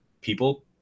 people